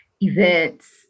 events